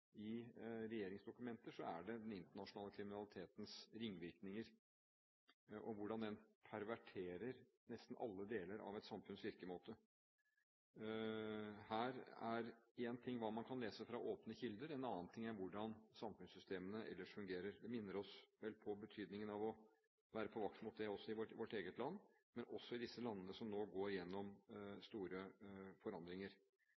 i regjeringsdokumenter, så er det den internasjonale kriminalitetens ringvirkninger og hvordan den perverterer nesten alle deler av et samfunns virkemåte. Én ting er hva man kan lese fra åpne kilder, en annen ting er hvordan samfunnssystemene ellers fungerer. Det minner oss vel på betydningen av å være på vakt mot det også i vårt eget land, men også i disse landene som nå går gjennom store forandringer.